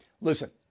Listen